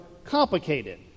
Complicated